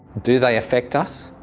do they affect us?